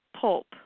pulp